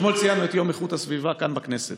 אתמול ציינו את יום איכות הסביבה כאן בכנסת.